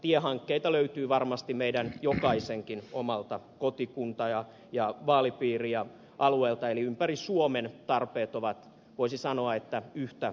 näitä tiehankkeita löytyy varmasti meidänkin jokaisen omalta kotikunta ja vaalipiirialueelta eli ympäri suomen tarpeet ovat voisi sanoa yhtä suuria